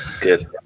Good